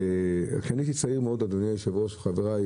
כשאני הייתי צעיר מאוד אדוני היו"ר וחברי,